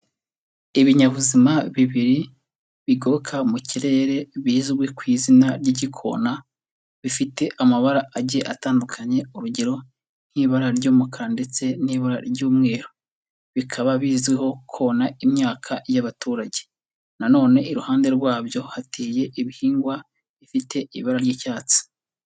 Ibinyabuzima bibiri, biguruka mu kirere bizwi ku izina ry'igikona, bifite amabara agiye atandukanye, urugero: nk'ibara ry'umukara ndetse n'ibara ry'umweru. Bikaba bizwiho kona imyaka y'abaturage. Na none iruhande rwabyo hateye ibihingwa bifite ibara ry'icyatsi.